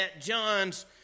John's